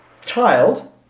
Child